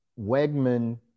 Wegman